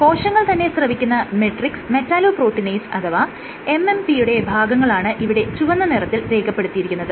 കോശങ്ങൾ തന്നെ സ്രവിക്കുന്ന മെട്രിക്സ് മെറ്റാലോ പ്രോട്ടിനേസ് അഥവാ MMP യുടെ ഭാഗങ്ങളാണ് ഇവിടെ ചുവന്ന നിറത്തിൽ രേഖപ്പെടുത്തിയിരിക്കുന്നത്